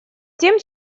тем